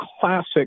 classic